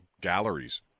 galleries